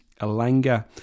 Alanga